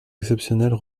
exceptionnelles